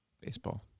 Baseball